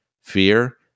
Fear